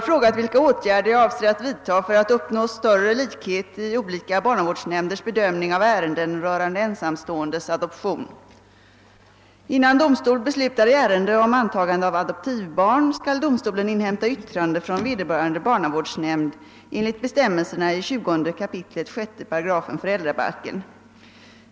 för att uppnå större likhet i olika barnavårdsnämnders bedömning av ärenden rörande ensamståendes adoption. Innan domstol beslutar i ärende om antagande av adoptivbarn skall domstolen inhämta yttrande från vederbörande barnavårdsnämnd enligt bestämmelserna i 20 kap. 6 § föräldrabalken.